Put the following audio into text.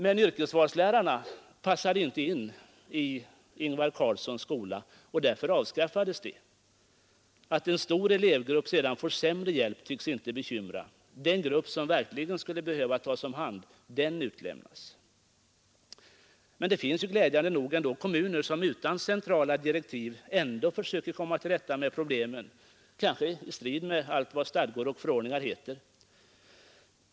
Men yrkesvalslärarna passade inte in i Ingvar Carlssons skola och därför avskaffades de. Att en stor elevgrupp sedan får sämre hjälp tycks inte väcka bekymmer. Den grupp som verkligen skulle behöva tas om hand den utlämnas. Det finns glädjande nog kommuner som utan centrala direktiv ändå försöker komma till rätta med problemen — kanske i strid med allt vad stadgor och förordningar heter.